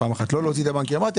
לא להוציא את הבנקים.